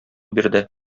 бирде